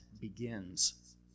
begins